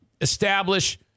establish